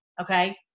okay